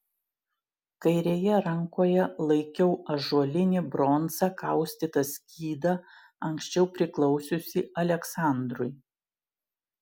kairėje rankoje laikiau ąžuolinį bronza kaustytą skydą anksčiau priklausiusį aleksandrui